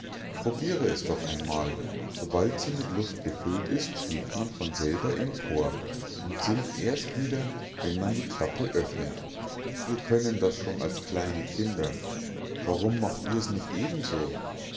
probiere es doch einmal sobald sie mit luft gefüllt ist schwebt man von selber empor und sinkt erst wieder wenn man die klappe öffnet wir können das schon als kleine kinder warum macht ihr's nicht ebenso aus